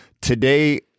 today